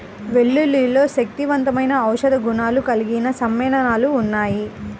వెల్లుల్లిలో శక్తివంతమైన ఔషధ గుణాలు కలిగిన సమ్మేళనాలు ఉన్నాయి